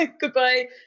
Goodbye